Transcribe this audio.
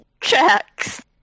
checks